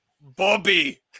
Bobby